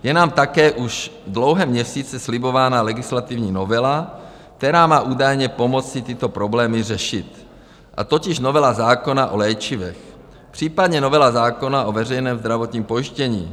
Je nám také už dlouhé měsíce slibována legislativní novela, která má údajně pomoci tyto problémy řešit, totiž novela zákona o léčivech, případně novela zákona o veřejném zdravotním pojištění.